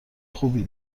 خوبی